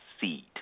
seed